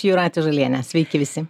jūratė žalienė sveiki visi